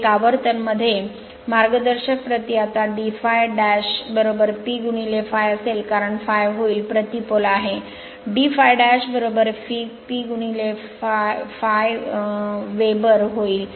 एक आवर्तन मध्ये मार्गदर्शक प्रति आता d ∅ डॅश P ∅ असेल कारण ∅ होईल प्रति पोल आहे d ∅ डॅश p ∅ वेबर होईल